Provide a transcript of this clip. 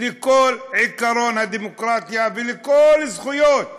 לכל עקרון הדמוקרטיה ולכל זכויות